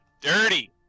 Dirty